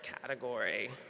category